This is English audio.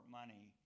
money